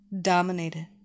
Dominated